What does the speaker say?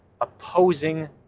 opposing